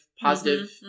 positive